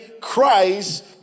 Christ